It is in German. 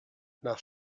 nach